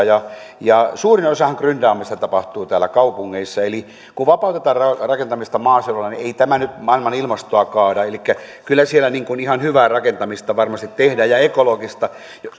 ja ja suurin osa gryndaamisestahan tapahtuu täällä kaupungeissa eli kun vapautetaan rakentamista maaseudulla niin ei tämä nyt maailman ilmastoa kaada elikkä kyllä siellä ihan hyvää rakentamista varmasti tehdään ja ekologista